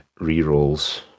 rerolls